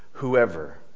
Whoever